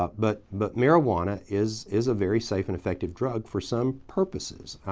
ah but but marijuana is is a very safe and effective drug for some purposes.